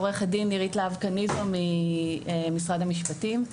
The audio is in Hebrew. אני עו"ד נירית להב-קניזו ממשרד המשפטים.